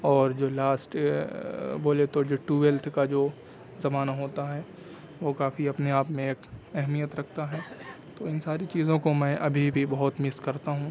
اور جو لاسٹ بولے تو جو ٹویلتھ کا جو زمانہ ہوتا ہے وہ کافی اپنے آپ میں ایک اہمیت رکھتا ہے تو ان ساری چیزوں کو میں ابھی بھی بہت مس کرتا ہوں